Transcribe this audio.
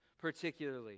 particularly